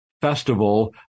Festival